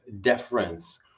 deference